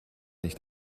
nicht